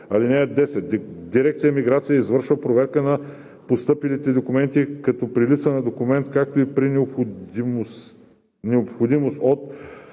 адрес. (10) Дирекция „Миграция“ извършва проверка на постъпилите документи, като при липса на документ, както и при необходимост от